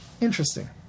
Interesting